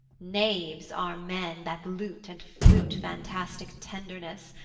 knaves are men, that lute and flute fantastic tenderness,